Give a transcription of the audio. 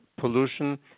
pollution